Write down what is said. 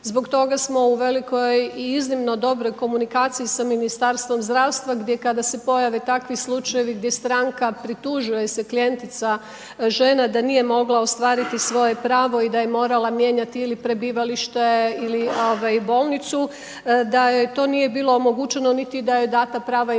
zbog toga smo u velikoj i iznimno dobroj komunikaciji sa Ministarstvom zdravstva gdje kada se pojave takvi slučajevi gdje stanka pritužuje se klijentica žena da nije mogla ostvariti svoje pravo i da je morala mijenjati ili prebivalište ili bolnicu, da joj to nije bilo omogućeno niti da joj je dana prava informacija,